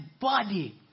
body